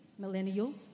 millennials